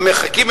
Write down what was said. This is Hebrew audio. המרחקים,